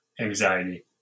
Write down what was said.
anxiety